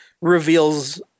reveals